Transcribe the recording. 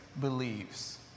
believes